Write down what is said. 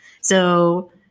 So-